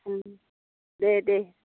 उम दे दे